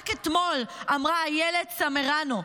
רק אתמול אמרה איילת סמרנו,